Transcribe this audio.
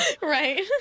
Right